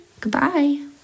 Goodbye